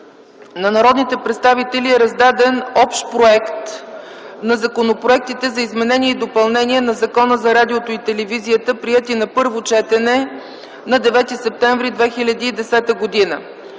на народните представители е раздаден общ проект на законопроектите за изменение и допълнение на Закона за радиото и телевизията, приети на първо четене на 9 септември 2010 г.